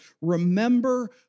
remember